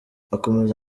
akomeza